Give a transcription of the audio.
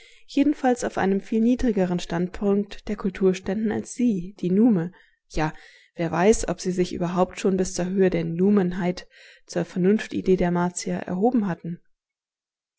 jedenfalls auf einem viel niedrigeren standpunkt der kultur ständen als sie die nume ja wer weiß ob sie sich überhaupt schon bis zur höhe der numenheit zur vernunftidee der martier erhoben haben